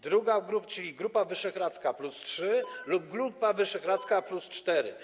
Druga grupa to Grupa Wyszehradzka plus trzy lub Grupa Wyszehradzka plus cztery.